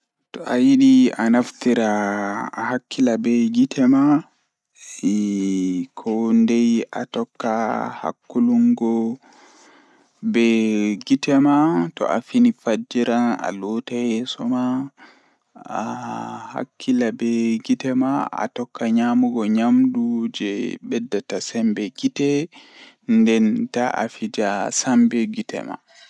Jokkondir heɓɓe cemma, waawataa njiddaade baɗɗoore he jonde e cuɓɗe. Waawataa jokkondir gafataaje, so tawii cuɓɓi waawataa e ndaarayde. Jokkondir eyesight ngal e gasa, miɗo njiddude he yaɓɓe no waawataa waawude. Miɗo hokkondir safe gafataaje he baɗɗoore ngal, ngal. Jokkondir fittaade eyesight ngal ngoni e gasa he no ɓuri fowrude.